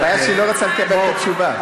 אבל הבעיה שהיא לא רוצה לקבל את התשובה.